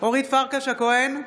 אורית פרקש הכהן,